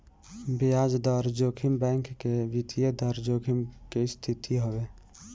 बियाज दर जोखिम बैंक के वित्तीय दर जोखिम के स्थिति हवे